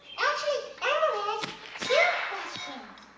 actually, elmo has two questions.